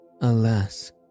Alas